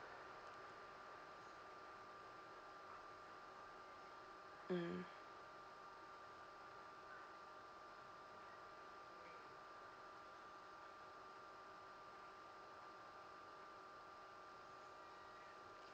mm